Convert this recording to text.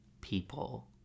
people